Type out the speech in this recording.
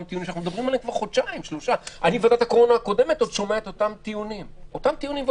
להם - הגבלת פעילות והוראות